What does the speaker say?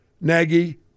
Nagy